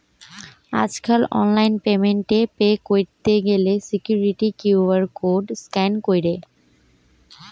আজকাল online payment এ pay কইরতে গ্যালে সিকুইরিটি কিউ.আর কোড স্ক্যান কইরে